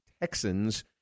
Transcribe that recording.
Texans